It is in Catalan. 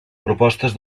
propostes